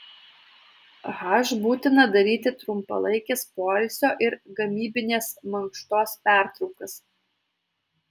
h būtina daryti trumpalaikes poilsio ir gamybinės mankštos pertraukas